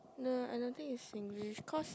no I don't think is Singlish cause